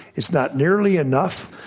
it's not nearly enough,